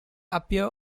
appear